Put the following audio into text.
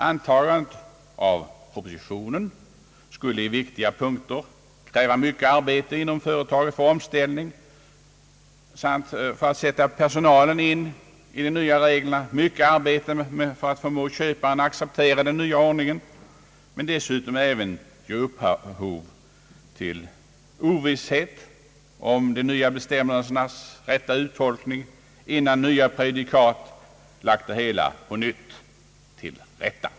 Antagandet av propositionen skulle i viktiga punkter kräva mycket arbete inom företagen för omställning, för att sätta in personalen i de nya reglerna och för att förmå köparna att acceptera den nya ordningen, men dessutom även ge upphov till ovisshet om de nya bestämmelsernas rätta uttolkning innan nya prejudikat på nytt lagt det hela till rätta.